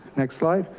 next slide.